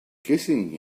kissing